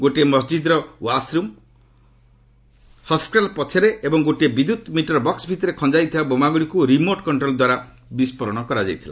ଗୋଟିଏ ମସ୍ଜିଦ୍ର washroom hostel ପଛରେ ଏବଂ ଗୋଟିଏ ବିଦ୍ୟୁତ୍ ମିଟର ବକ୍ସ ଭିତରେ ଖଞ୍ଜାଯାଇଥିବା ବୋମାଗୁଡ଼ିକୁ ରିମୋଟ୍ କଣ୍ଟ୍ରୋଲ୍ ଦ୍ୱାରା ବିସ୍କୋରଣ କରାଯାଇଥିଲା